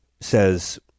says